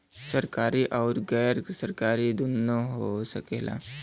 सरकारी आउर गैर सरकारी दुन्नो हो सकेला